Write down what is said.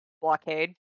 blockade